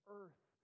earth